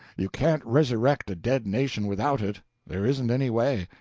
you can't resurrect a dead nation without it there isn't any way.